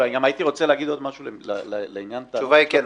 ואני רוצה להגיד עוד משהו לעניין התקציבים,